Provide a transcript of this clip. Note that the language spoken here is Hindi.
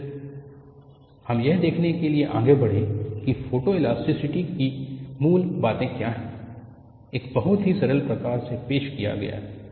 फिर हम यह देखने के लिए आगे बढ़े कि फोटोइलास्टिसिटी की मूल बातें क्या हैं एक बहुत ही सरल प्रकार से पेश किया गया है